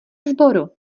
sboru